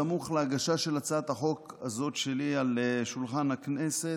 בסמוך להגשה של הצעת החוק הזאת שלי על שולחן הכנסת,